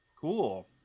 Cool